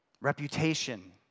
Reputation